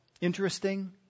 interesting